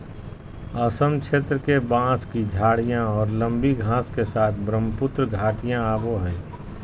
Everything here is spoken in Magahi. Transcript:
असम क्षेत्र के, बांस की झाडियाँ और लंबी घास के साथ ब्रहमपुत्र घाटियाँ आवो हइ